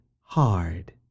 hard